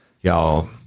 Y'all